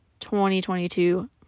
2022